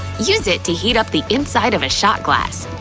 use it to heat up the inside of a shot glass.